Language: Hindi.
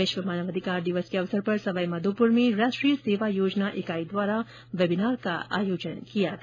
विश्व मानवाधिकार दिवस के अवसर पर सवाई माधोपुर में राष्ट्रीय सेवा योजना इकाई द्वारा वेबिनार का आयोजन किया गया